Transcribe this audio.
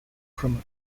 from